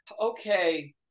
okay